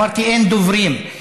אמרתי: אין דוברים.